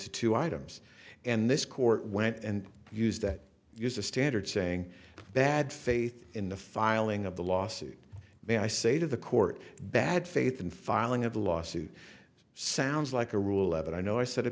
to two items and this court went and used that use a standard saying bad faith in the filing of the lawsuit may i say to the court bad faith and filing of the lawsuit sounds like a rule of it i know i said it